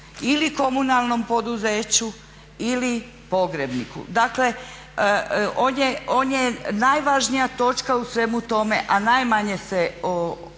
ili komunalnom poduzeću ili pogrebniku. Dakle, on je najvažnija točka u svemu tome, a najmanje se o